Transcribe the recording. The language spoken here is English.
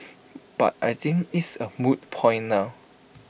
but I think it's A moot point now